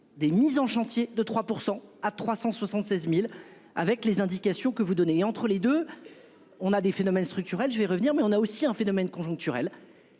des mises en chantier de 3% à 376.000 avec les indications que vous donnez entre les deux. On a des phénomènes structurels. Je vais revenir mais on a aussi un phénomène conjoncturel.